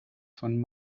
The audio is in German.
von